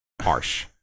harsh